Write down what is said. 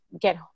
get